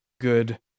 good